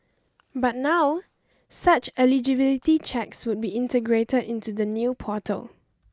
but now such eligibility checks would be integrated into the new portal